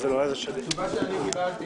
היושב-ראש, התשובה שאני קיבלתי